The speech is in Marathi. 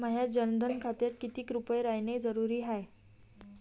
माह्या जनधन खात्यात कितीक रूपे रायने जरुरी हाय?